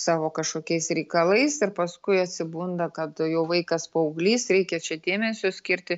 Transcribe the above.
savo kažkokiais reikalais ir paskui atsibunda kad jau vaikas paauglys reikia čia dėmesio skirti